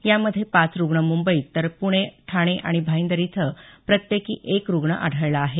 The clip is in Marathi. यामध्ये पाच रुग्ण मुंबईत तर पुणे ठाणे आणि भाईंदर इथं प्रत्येकी एक रुग्ण आढळला आहे